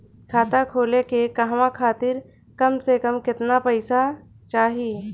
खाता खोले के कहवा खातिर कम से कम केतना पइसा चाहीं?